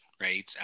right